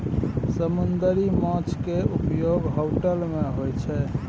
समुन्दरी माछ केँ उपयोग होटल मे होइ छै